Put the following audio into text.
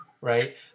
right